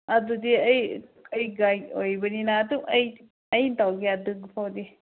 ꯑꯗꯨꯗꯤ ꯑꯩ ꯑꯩ ꯒꯥꯏꯗ ꯑꯣꯏꯕꯅꯤꯅ ꯑꯗꯨ ꯑꯩ ꯑꯩ ꯇꯧꯒꯦ ꯑꯗꯨꯐꯥꯎꯗꯤ